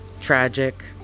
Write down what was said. tragic